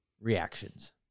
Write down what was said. reactions